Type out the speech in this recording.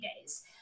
days